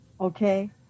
okay